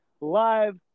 live